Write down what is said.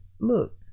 look